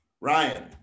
Ryan